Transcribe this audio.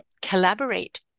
collaborate